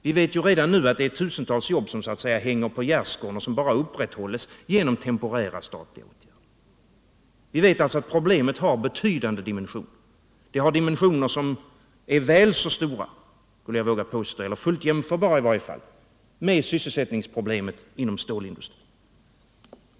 Vi vet redan nu att det är tusentals jobb som så att säga hänger på gärdesgården och som upprätthålls bara genom temporära statliga åtgärder. Vi vet alltså att problemet har betydande dimensioner. Det har dimensioner som är väl så stora som, eller i varje fall fullt jämförbara med, dimensionerna när det gäller sysselsättningsproblemet inom stålindustrin.